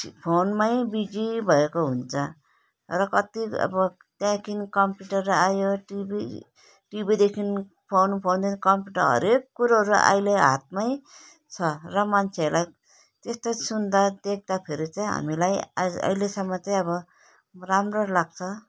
फोनमै बिजी भएको हुन्छ र कति अब त्यहाँदेखि कम्प्युटर आयो टिभी टिभीदेखि फोन फोनदेखि कम्प्युटर हरेक कुरोहरू अहिले हातमै छ र मान्छेहरूलाई त्यस्तो सुन्दा देख्दाखेरि चाहिँ हामीलाई अहिले अहिलेसम्म चाहिँ अब राम्रो लाग्छ